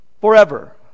Forever